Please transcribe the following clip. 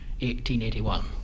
1881